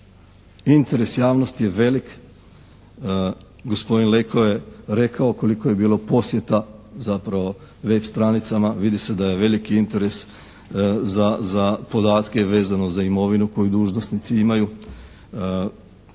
interes javnosti je velik. Gospodin Leko je rekao koliko je bilo posjeta zapravo web stranicama. Vidi se da je veliki interes za podatke vezano za imovinu koju dužnosnici imaju.